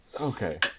Okay